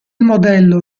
modello